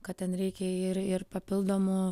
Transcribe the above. kad ten reikia ir ir papildomų